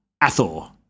Athor